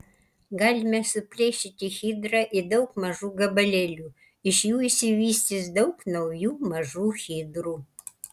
galime suplėšyti hidrą į daug mažų gabalėlių iš jų išsivystys daug naujų mažų hidrų